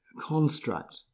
construct